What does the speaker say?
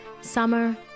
summer